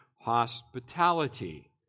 hospitality